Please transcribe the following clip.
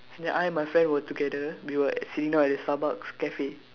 then I and my friend were together we were sitting down at Starbucks Cafe